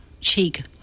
cheek